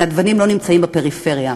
הנדבנים לא נמצאים בפריפריה.